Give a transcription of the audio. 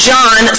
John